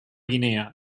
guinea